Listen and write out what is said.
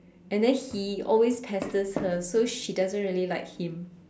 and then he always pesters her so she doesn't really like him